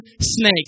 snakes